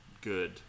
good